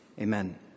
Amen